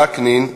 חבר הכנסת וקנין,